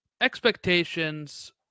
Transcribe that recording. expectations